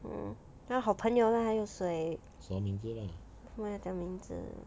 mm 那好朋友 lah 还有谁为什么要讲名字